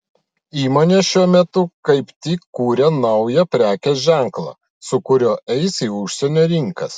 įmonė šiuo metu kaip tik kuria naują prekės ženklą su kuriuo eis į užsienio rinkas